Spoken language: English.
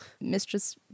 Mistress